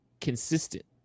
consistent